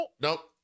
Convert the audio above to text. Nope